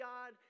God